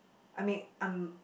I mean I'm